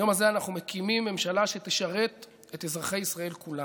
היום הזה אנחנו מקימים ממשלה שתשרת את אזרחי ישראל כולם.